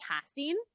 casting